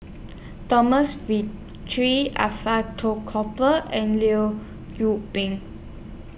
Thomas V three Alfred Cooper and Liu Pin